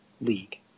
league